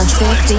50